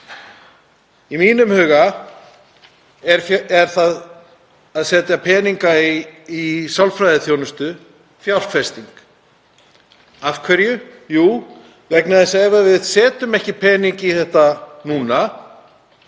Í mínum huga er það að setja peninga í sálfræðiþjónustu fjárfesting. Af hverju? Jú, vegna þess að ef við setjum ekki peninga í það núna